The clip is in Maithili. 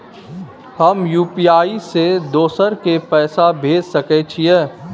हम यु.पी.आई से दोसर के पैसा भेज सके छीयै?